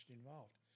involved